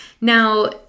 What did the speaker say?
Now